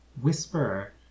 Whisper